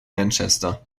manchester